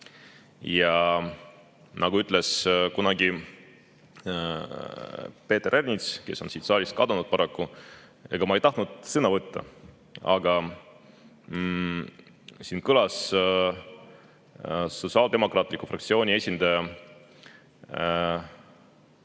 Nagu ütles kunagi Peeter Ernits, kes on siit saalist kadunud paraku: ega ma ei tahtnud sõna võtta, aga … Siin kõlas sotsiaaldemokraatliku fraktsiooni esindaja